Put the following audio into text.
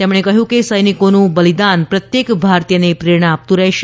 તેમણે કહ્યું કે સૈનિકોનું બલિદાન પ્રત્યેક ભારતીયને પ્રેરણા આપતું રહેશે